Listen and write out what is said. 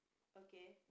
okay